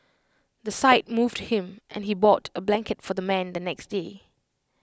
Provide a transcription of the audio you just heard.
the sight moved him and he bought A blanket for the man the next day